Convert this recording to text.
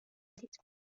دید